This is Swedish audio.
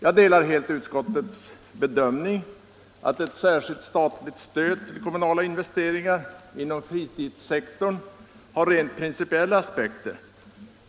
Jag delar helt utskottets bedömning att ett särskilt statligt stöd till kommunala investeringar inom fritidssektorn har rent principiella aspekter.